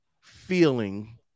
feeling